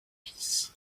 fils